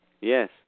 Yes